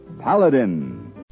Paladin